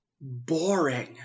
boring